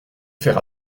faire